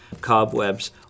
cobwebs